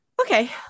okay